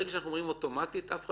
ברגע שאנחנו אומרים אוטומטית אף אחד